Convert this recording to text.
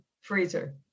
freezer